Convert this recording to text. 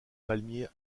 palmiers